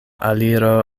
aliro